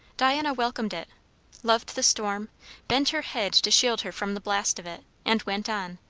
diana welcomed it loved the storm bent her head to shield her from the blast of it, and went on.